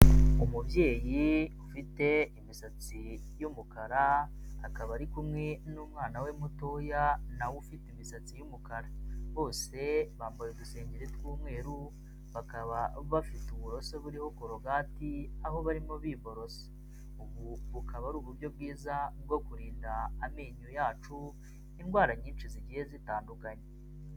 Umubyeyi ufite imisatsi y'umukara, akaba ari kumwe n'umwana we mutoya na ufite imisatsi y'umukara, bose bambaye udusengeri tw'umweru, bakaba bafite uburoso buriho kurogati, aho barimo biborosa. Ubu bukaba ari uburyo bwiza bwo kurinda amenyo yacu, indwara nyinshi zigiye zitandukanye.